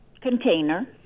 container